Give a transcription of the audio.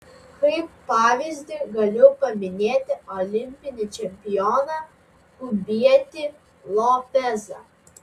kaip pavyzdį galiu paminėti olimpinį čempioną kubietį lopezą